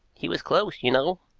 he was close, you know,